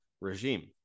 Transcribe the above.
regime